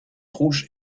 rouge